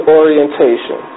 orientation